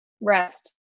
rest